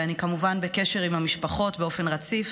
ואני כמובן בקשר עם המשפחות באופן רציף